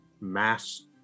mass